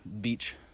beach